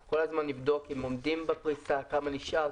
אנחנו כל הזמן נבדוק אם עומדים בפריסה, כמה נשאר.